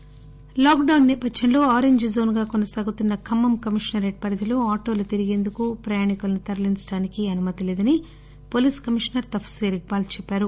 Khammam corona lockdown సేపథ్వంలో orange zone గా కొనసాగుతున్న ఖమ్మం కమిషనరేట్ పరిధిలో ఆటోలు తిరిగేందుకు ప్రయాణికులను తరలించడానికి అనుమతి లేదని పోలీస్ కమిషనర్ తఫ్పీర్ ఇక్పాల్ తెలిపారు